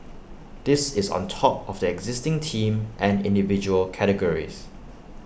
this is on top of the existing team and individual categories